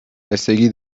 بستگی